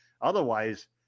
Otherwise